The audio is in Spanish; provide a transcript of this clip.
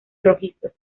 rojizos